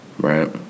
Right